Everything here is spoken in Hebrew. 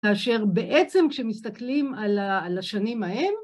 כאשר בעצם כשמסתכלים על השנים ההם